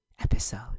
episode